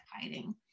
hiding